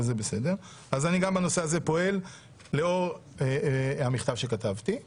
וזה בסדר אז אני גם בנושא הזה פועל לאור המכתב שכתבתי.